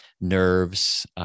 nerves